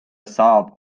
saab